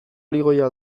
ligoia